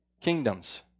kingdoms